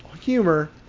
humor